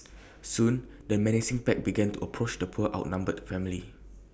soon the menacing pack began to approach the poor outnumbered family